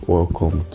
Welcome